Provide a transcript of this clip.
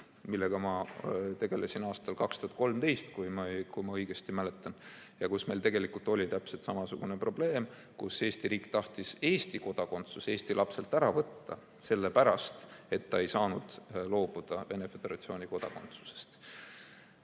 millega ma tegelesin aastal 2013, kui ma õigesti mäletan. Siis meil oli täpselt samasugune probleem: Eesti riik tahtis Eesti kodakondsust Eesti lapselt ära võtta, sellepärast et ta ei saanud loobuda Venemaa Föderatsiooni kodakondsusest.